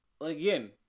Again